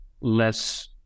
less